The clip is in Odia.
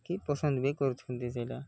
କି ପସନ୍ଦ ବି କରୁଛନ୍ତି ସେଇଟା